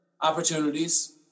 opportunities